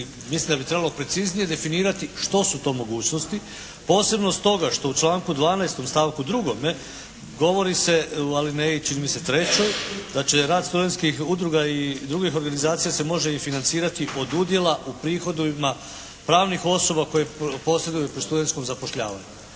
mislim da bi trebalo preciznije definirati što su to mogućnosti. Posebno stoga što u članku 12. stavku 2. govori se alineji čiji mi se 3. da će rad studentskih udruga i drugih organizacija se može i financirati od udjela u prihodovima pravnih osoba koje posreduju pri studentskom zapošljavanju.